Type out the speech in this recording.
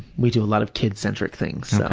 we do a lot of kid-centered things, so